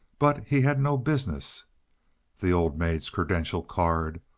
but he had no business the old maid's credential card!